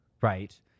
right